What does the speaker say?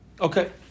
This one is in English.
Okay